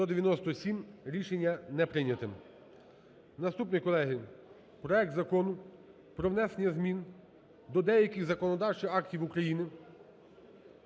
За-197 Рішення не прийняте. Наступний, колеги, проект Закону про внесення змін до деяких законодавчих актів України